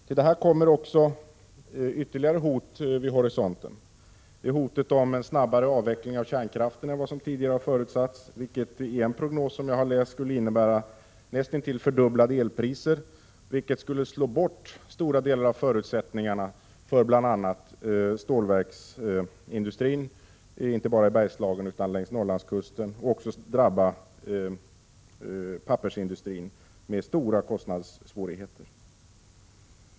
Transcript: Till detta kommer ytterligare hot vid horisonten: hotet om en snabbare avveckling av kärnkraften än vad som tidigare har förutsatts, vilket enligt en prognos som jag läst skulle innebära näst intill fördubblade elpriser. Det skulle slå bort stora delar av förutsättningarna för bl.a. stålverksindustrin inte bara i Bergslagen utan också längs Norrlandskusten och även drabba pappersindustrin med stora svårigheter på kostnadssidan.